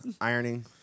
ironing